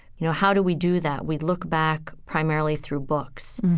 you know? how do we do that? we'd look back, primarily through books.